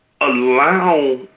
allow